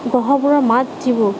গ্ৰহবোৰৰ মাত যিবোৰ